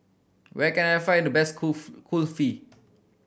where can I find the best Kulfi